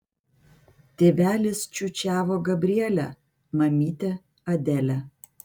tėvelis čiūčiavo gabrielę mamytė adelę